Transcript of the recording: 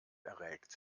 erregt